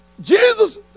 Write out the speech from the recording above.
Jesus